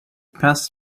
passed